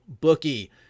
bookie